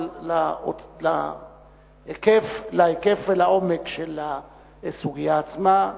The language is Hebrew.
אבל להיקף ולעומק של הסוגיה עצמה.